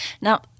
Now